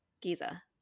Giza